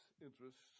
interests